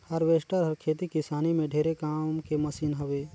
harvester हर खेती किसानी में ढेरे काम के मसीन हवे